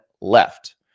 left